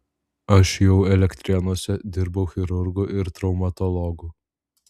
aš jau elektrėnuose dirbau chirurgu ir traumatologu